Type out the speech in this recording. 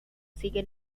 sigue